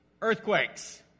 earthquakes